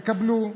תקבלו.